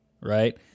right